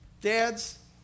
Dads